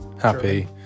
happy